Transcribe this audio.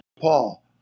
Paul